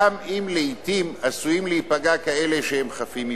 גם אם לעתים עשויים להיפגע כאלה שהם חפים מפשע.